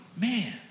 man